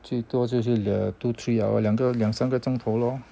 最多就是 the two three hour 两个两三个钟头咯